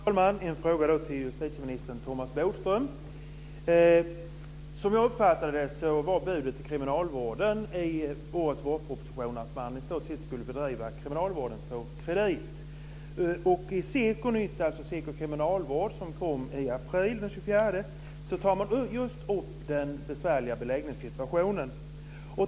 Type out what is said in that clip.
Fru talman! Min fråga går till justitieminister Thomas Bodström. Som jag uppfattar det var budet till kriminalvården i årets vårproposition det att man i stort sett skulle bedriva kriminalvården på kredit. I det nummer av SEKO Nytt, alltså från SEKO Kriminalvård, som kom den 24 april tar man upp den besvärliga beläggningssituationen.